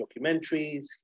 documentaries